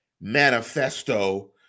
manifesto